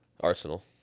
Arsenal